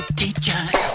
teachers